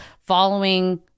following